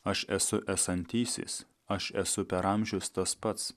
aš esu esantysis aš esu per amžius tas pats